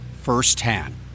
firsthand